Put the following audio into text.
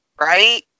right